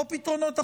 ואם בפתרונות אחרים,